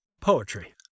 Poetry